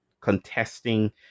contesting